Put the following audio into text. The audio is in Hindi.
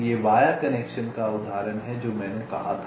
यह वाया कनेक्शन का उदाहरण है जो मैंने कहा था